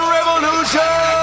Revolution